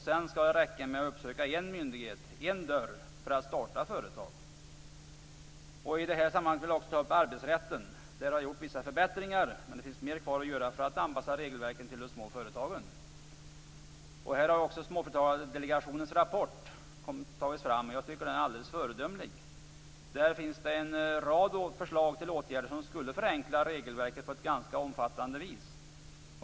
Det skall räcka med att uppsöka en myndighet - en dörr - för att starta företag. I detta sammanhang vill jag också ta upp arbetsrätten, där det har gjorts vissa förbättringar. Men det finns mer kvar att göra för att anpassa regelverken till de små företagen. Småföretagardelegationen har tagit fram en rapport. Jag tycker att den är alldeles föredömlig. Där finns det en rad förslag till åtgärder som skulle förenkla regelverket på ett ganska omfattande vis.